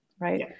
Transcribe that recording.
right